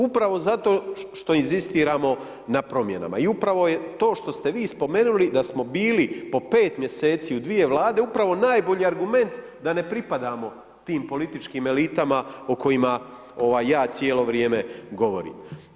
Upravo zato što inzistiramo na promjenama i upravo je to što ste vi spomenuli da smo bili po 5 mjeseci u dvije Vlade upravo najbolji argument da ne pripadamo tim političkim elitama o kojima ja cijelo vrijeme govorim.